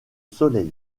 soleil